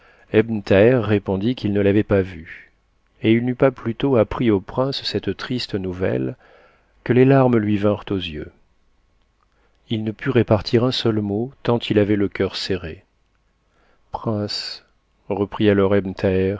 répondit qu'il ne l'avait pas vue et il n'eut pas plus tôt appris au prince cette triste nouvelle que les larmes lui vinrent aux yeux il ne put repartir un seul mot tant il avait le coeur serré prince reprit